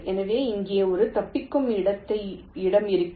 எனவே இங்கே ஒரு தப்பிக்கும் இடம் இருக்கும்